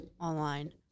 online